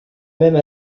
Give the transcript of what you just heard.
même